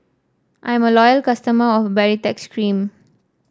I'm a loyal customer of Baritex Cream